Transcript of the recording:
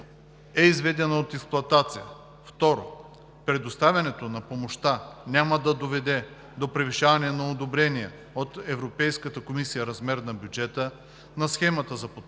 е изведена от експлоатация; 2. предоставянето на помощта няма да доведе до превишаване на одобрения от Европейската комисия размер на бюджета на схемата за подпомагане